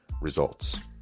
results